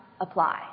apply